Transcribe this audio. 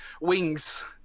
Wings